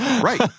Right